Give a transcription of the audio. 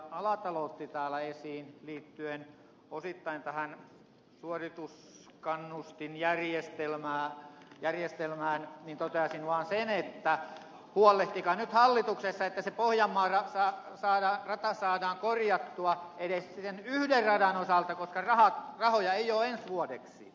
alatalo otti täällä esiin liittyen osittain suorituskannustinjärjestelmään toteaisin vaan sen että huolehtikaa nyt hallituksessa että se pohjanmaan rata saadaan korjattua edes sen yhden radan osalta koska rahoja ei ole ensi vuodeksi